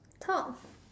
talk